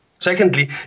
Secondly